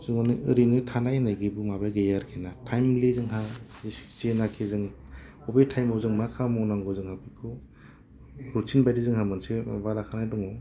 जों ओरैनो थानाय होन्नाय जेबो माबा गैया आरोखि ना टाइमलि जोंहा जेनाखि जों जे टाइमाव जों मा खामानि मावनांगौ जोंङो बेखौ रुटिन बायदि जोंहा मोनसे माबा लाखानाय दं